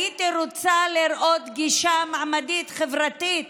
הייתי רוצה לראות גישה מעמדית חברתית